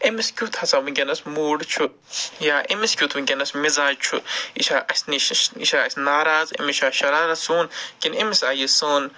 أمِس کیُتھ ہسا ؤنکٮ۪نَس موٗڈ چھُ یا أمِس کیُتھ ؤنکٮ۪نَس مِزاج چھُ یہِ چھا اَسہِ نِشش یہِ چھا اَسہِ نِش ناراض أمِس چھا شرارَت سون کِنہٕ أمِس آیہِ یہِ سون